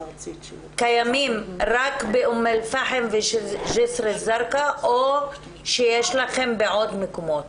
קיימים רק באום אל פחם ובג'סר א-זרקא או שיש לכם בעוד מקומות?